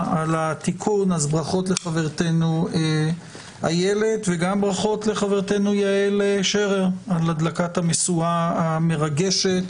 ברכותינו לחברנו וגם לחברתנו אילת שרר על הדלקת המשואה המרגשת,